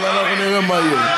אבל אנחנו נראה מה יהיה.